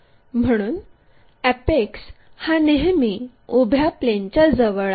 म्हणून अॅपेक्स हा नेहमी उभ्या प्लेनच्या जवळ आहे